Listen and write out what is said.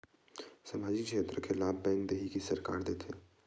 सामाजिक क्षेत्र के लाभ बैंक देही कि सरकार देथे?